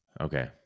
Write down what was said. Okay